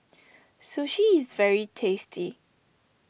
Sushi is very tasty